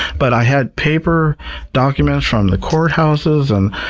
but i had paper documents from the courthouses and